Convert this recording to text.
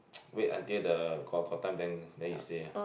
wait until the got got time then then you say ah